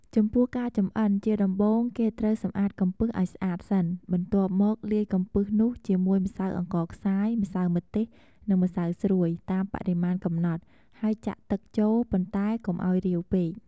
ចំពោះការចម្អិន ជាដំបូង គេត្រូវសម្អាតកំពឹសឱ្យស្អាតសិន បន្ទាប់មកលាយកំពឹសនោះជាមួយម្សៅអង្ករខ្សាយ ម្សៅម្ទេស និងម្សៅស្រួយតាមបរិមាណកំណត់ ហើយចាក់ទឹកចូល ប៉ុន្តែកុំឱ្យរាវពេក។